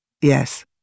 Yes